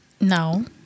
no